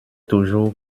toujours